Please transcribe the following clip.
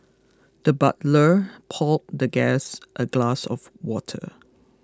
the butler poured the guest a glass of water